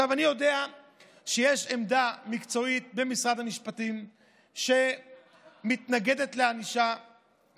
אני יודע שיש עמדה מקצועית במשרד המשפטים שמתנגדת לענישה,